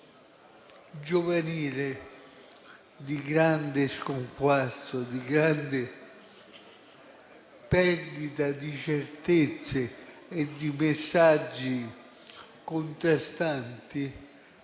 giovanile di grande sconquasso, di grande perdita di certezze e di messaggi contrastanti,